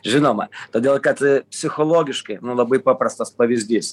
žinoma todėl kad psichologiškai nu labai paprastas pavyzdys